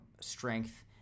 strength